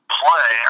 play